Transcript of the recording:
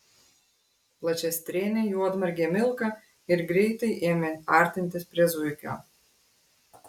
plačiastrėnė juodmargė milka ir greitai ėmė artintis prie zuikio